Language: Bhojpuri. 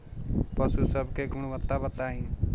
पशु सब के गुणवत्ता बताई?